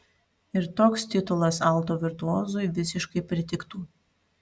ir toks titulas alto virtuozui visiškai pritiktų